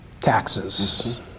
taxes